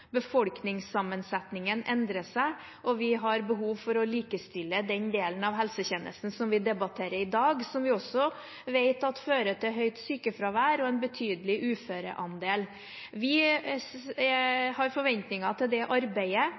Befolkningssammensetningen endrer seg, og vi har behov for å likestille den delen av helsetjenesten som vi debatterer i dag, som vi også vet fører til høyt sykefravær og en betydelig uføreandel. Vi har forventninger til det arbeidet,